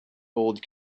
old